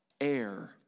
air